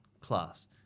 class